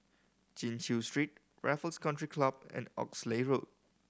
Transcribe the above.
Chin Chew Street Raffles Country Club and Oxley Road